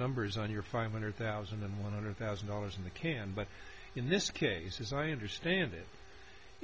numbers on your five hundred thousand and one hundred thousand dollars in the can but in this case as i understand it